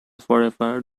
forever